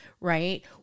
right